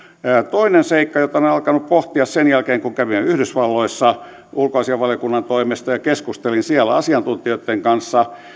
toinen seikka jota olen alkanut pohtia sen jälkeen kun kävin yhdysvalloissa ulkoasiainvaliokunnan toimesta ja keskustelin siellä asiantuntijoitten kanssa